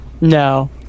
no